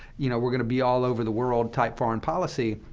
you know, we're going to be all over the world type foreign policy.